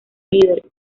líder